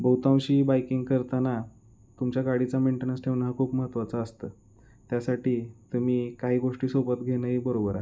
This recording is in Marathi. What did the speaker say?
बहुतांशी बाईकिंग करताना तुमच्या गाडीचा मेंटेनन्स ठेवणं हा खूप महत्त्वाचा असतं त्यासाठी तुम्ही काही गोष्टी सोबत घेणंही बरोबर आहे